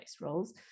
roles